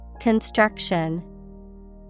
Construction